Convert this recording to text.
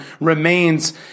remains